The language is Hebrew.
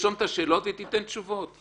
היא תרשום את השאלות ותיתן תשובות.